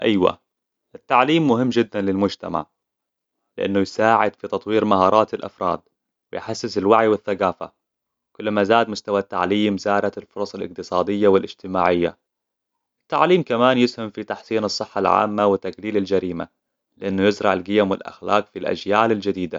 أيوه, التعليم مهم جداً للمجتمع لأنه يساعد في تطوير مهارات الأفراد ويحثث الوعي والثقافة كلما زاد مستوى التعليم زادت الفرص الاقتصادية والاجتماعية التعليم ك مان يسهم في تحسين الصحة العامة وتقليل الجريمة لأنه يزرع القيم والأخلاق في الأجيال الجديدة